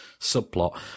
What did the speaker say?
subplot